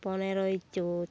ᱯᱚᱱᱮᱨᱳᱭ ᱪᱳᱛ